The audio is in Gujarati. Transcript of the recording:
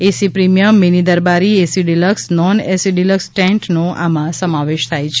એસી પ્રિમિયમ મીની દરબારી AC deluxe non AC deluxe ટેન્ટનો આમાં સમાવેશ થાય છે